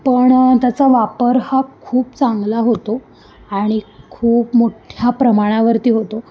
पणं त्याचा वापर हा खूप चांगला होतो आणि खूप मोठ्ठ्या प्रमाणावरती होतो